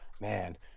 man